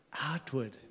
outward